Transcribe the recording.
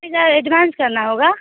तीन हज़ार एडवांस करना होगा